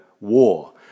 war